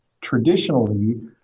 traditionally